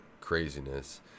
craziness